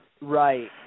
Right